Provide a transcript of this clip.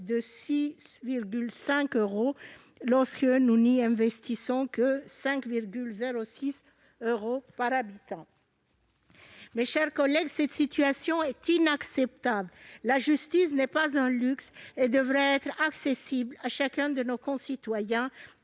en Europe lorsque nous n'investissons que 5,06 euros par habitant. Cette situation est inacceptable : la justice n'est pas un luxe et devrait être accessible à chacun de nos concitoyens,